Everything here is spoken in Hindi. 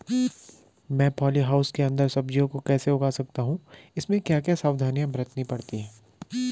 मैं पॉली हाउस के अन्दर सब्जियों को कैसे उगा सकता हूँ इसमें क्या क्या सावधानियाँ बरतनी पड़ती है?